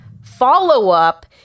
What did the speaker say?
Follow-up